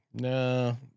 No